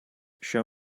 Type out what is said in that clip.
show